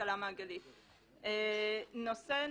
גיא בא